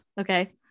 Okay